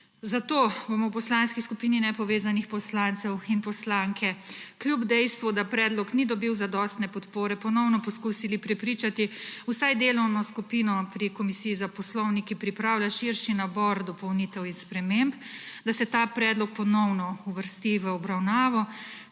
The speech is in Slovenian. Zato bomo v Poslanski skupini nepovezanih poslancev in poslanke kljub dejstvu, da predlog ni dobil zadostne podpore, ponovno poskusili prepričati vsaj delovno skupino pri Komisiji za poslovnik, ki pripravlja širši nabor dopolnitev in sprememb, da se ta predlog ponovno uvrsti v obravnavo,